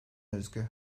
özgü